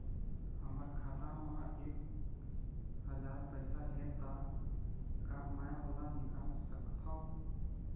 हमर खाता मा एक हजार पैसा हे ता का मैं ओला निकाल सकथव?